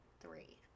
three